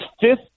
fifth